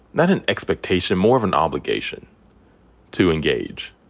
not an expectation, more of an obligation to engage,